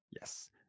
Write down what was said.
Yes